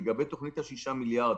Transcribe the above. כאלה שלא היו חוזרים ללא הסיוע הזה,